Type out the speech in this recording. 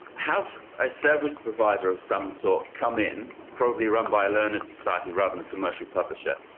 have a service provider of some sort come in, probably run by a learned society rather than a commercial publisher,